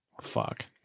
Fuck